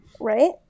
Right